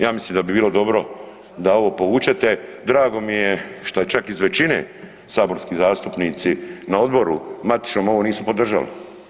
Ja mislim da bi bilo dobro da ovo povučete, drago mi je šta čak i iz većine saborski zastupnici na odboru matičnom ovo nisu podržali.